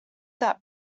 that